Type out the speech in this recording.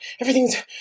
everything's